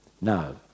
No